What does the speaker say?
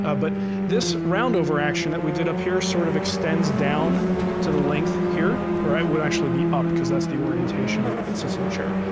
ah but this round over action that we did up here sort of extends down to the length here. or it would actually be up, because that's the orientation it sits in the chair.